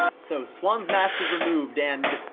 ah so, swan's mask is removed, and